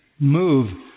move